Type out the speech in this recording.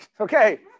Okay